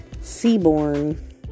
Seaborn